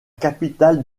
capitale